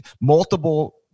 multiple